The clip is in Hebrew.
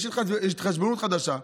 יש התחשבנות חדשה.